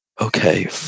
okay